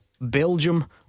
Belgium